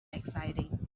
exciting